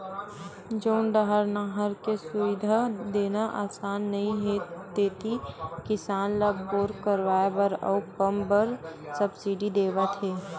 जउन डाहर नहर के सुबिधा देना असान नइ हे तेती किसान ल बोर करवाए बर अउ पंप बर सब्सिडी देवत हे